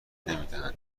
نمیدهند